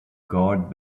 guard